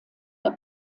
der